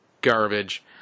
garbage